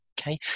okay